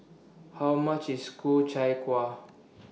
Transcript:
How much IS Ku Chai Kueh